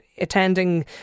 attending